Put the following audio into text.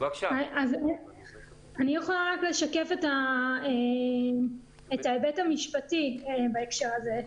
אני יכולה רק לשקף את ההיבט המשפטי בהקשר הזה.